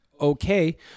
okay